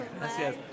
Gracias